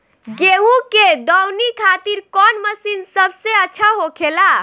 गेहु के दऊनी खातिर कौन मशीन सबसे अच्छा होखेला?